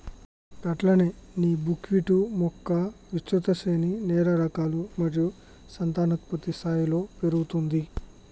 గట్లనే నీ బుక్విట్ మొక్క విస్తృత శ్రేణి నేల రకాలు మరియు సంతానోత్పత్తి స్థాయిలలో పెరుగుతుంది